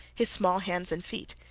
his small hands and feet,